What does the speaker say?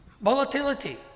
volatility